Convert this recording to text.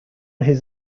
his